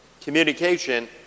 Communication